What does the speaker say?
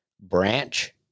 branch